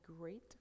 great